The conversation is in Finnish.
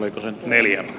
aika neljä